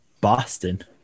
Boston